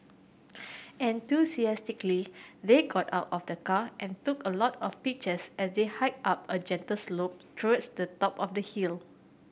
enthusiastically they got out of the car and took a lot of pictures as they hiked up a gentle slope towards the top of the hill